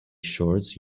shorts